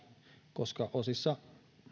koska osissa